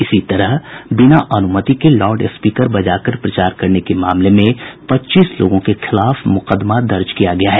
इसी तरह बिना अनुमति के लाउडस्पीकर बजाकर प्रचार करने के मामले में पच्चीस लोगों के खिलाफ मुकदमा दर्ज किया गया है